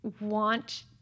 want